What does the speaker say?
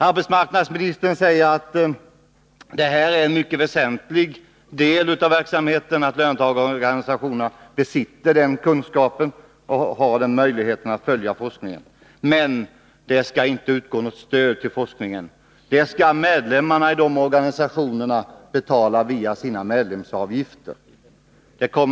Arbetsmarknadsministern säger att det är en mycket väsentlig del av verksamheten att löntagarorganisationerna besitter den kunskapen och har möjlighet att följa forskningen. Men något stöd skall inte utgå till forskningen. Det får löntagarorganisationernas medlemmar betala via sina medlemsavgifter.